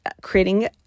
creating